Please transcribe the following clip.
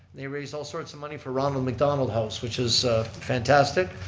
they raised all sorts of money for ronald mcdonald house which is fantastic.